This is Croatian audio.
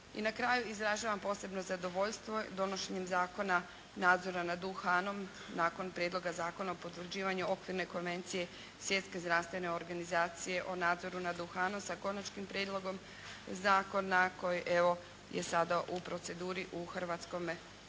I na kraju, izražavam posebno zadovoljstvo donošenjem Zakona nadzora nad duhanom, nakon Prijedloga Zakona o potvrđivanju okvirne Konvencije Svjetske zdravstvene organizacije o nadzoru nad duhanom sa Konačnim prijedlogom zakona koji evo je sada u proceduri u Hrvatskome saboru